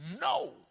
No